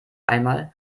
einmal